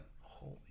Holy